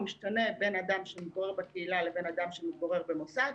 הוא משתנה בין אדם שמתגורר בקהילה ובין אדם שמתגורר במוסד,